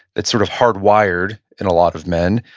it's sort of hardwired in a lot of men.